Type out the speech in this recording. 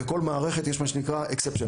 בכל מערכת יש את מה שנקרא חריגים,